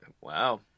Wow